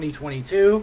2022